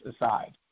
aside